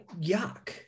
yuck